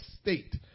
state